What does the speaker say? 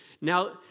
Now